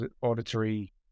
auditory